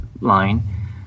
line